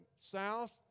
south